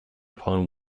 upon